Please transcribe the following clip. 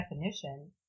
definition